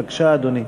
בבקשה, אדוני.